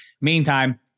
Meantime